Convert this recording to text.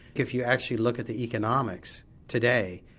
if you actually look at the economics today,